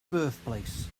birthplace